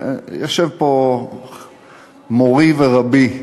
יושב פה מורי ורבי,